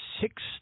Six